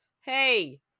hey